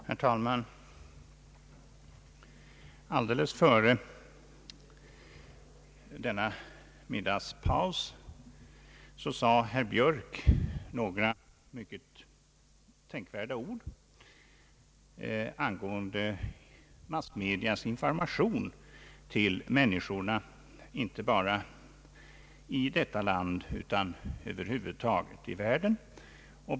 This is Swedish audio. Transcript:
Herr talman! Alldeles före middagspausen sade herr Björk några mycket tänkvärda ord angående massmedias information till människorna inte bara i detta land utan i världen över huvud taget.